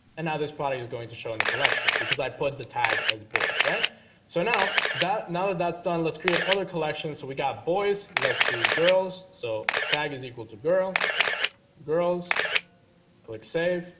and now this product is going to show in the collections because i put the tag as boys, right so now that now that that's done, let's create other collections. so we got boys. let's do girls. so tag is equal to girl girls click save